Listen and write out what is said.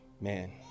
man